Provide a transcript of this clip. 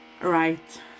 right